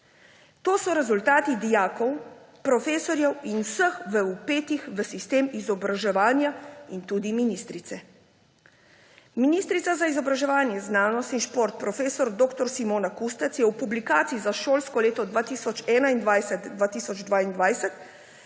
To so rezultati dijakov, profesorjev in vseh, vpetih v sistem izobraževanja, tudi ministrice. Ministrica za izobraževanje, znanost in šport prof. dr. Simona Kustec je v publikaciji za šolsko leto 2021/2022